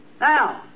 Now